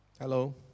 Hello